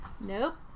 Nope